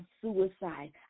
suicide